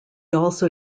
also